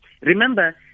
Remember